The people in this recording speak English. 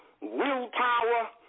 willpower